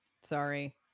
Sorry